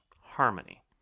Harmony